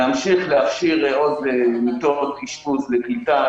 להמשיך להכשיר עוד מיטות אשפוז לקליטה,